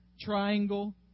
triangle